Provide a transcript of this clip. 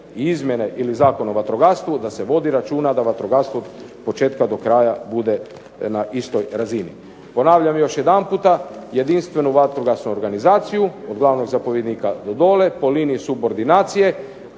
izmjene ili Zakona o vatrogastvu da se vodi računa da vatrogastvo od početka do kraja bude na istoj razini. Ponavljam još jedanputa jedinstvenu vatrogasnu organizaciju, od glavnog zapovjednika do dolje, po liniji sukoordinacije,